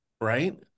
Right